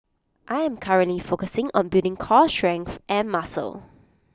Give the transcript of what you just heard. I am currently focusing on building core strength and muscle